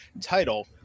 title